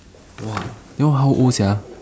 !wah! you all how old sia